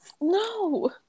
No